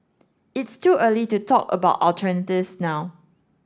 it's too early to talk about alternatives now